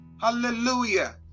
Hallelujah